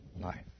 life